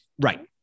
Right